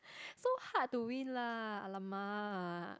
so hard to win lah ah lemak